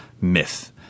myth